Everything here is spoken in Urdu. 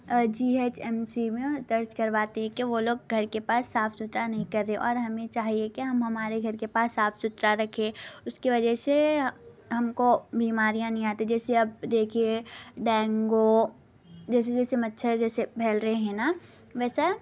آ جی ہیچ ایم سی میں درج کرواتے ہیں کہ وہ لوگ گھر کے پاس صاف ستھرا نہیں کر رے اور ہمیں چاہیے کہ ہم ہمارے گھر کے پاس صاف ستھرا رکھے اس کی وجہ سے ہم کو بیماریاں نہیں آتیں جیسے اب دیکھیے ڈینگو جیسے جیسے مچھر جیسے پھیل رہے ہیں نا ویسا